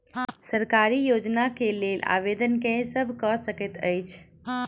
सरकारी योजना केँ लेल आवेदन केँ सब कऽ सकैत अछि?